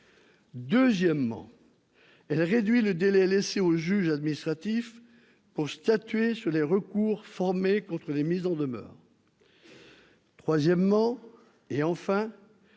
Deuxièmement, elle réduit le délai laissé au juge administratif pour statuer sur les recours formés contre les mises en demeure. Troisièmement, elle